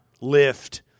lift